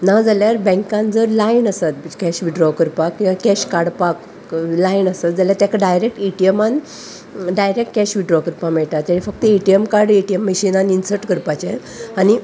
नाजाल्यार बँकान जर लायन आसत कॅश विथड्रॉ करपाक किंवां कॅश काडपाक लायन आसत जाल्यार तेका डायरेक्ट एटीएमान डायरेक्ट कॅश विथड्रॉ करपाक मेयटा ते फक्त एटीएम कार्ड एटीएम मशिनान इन्सर्ट करपाचेंं आनी